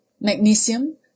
magnesium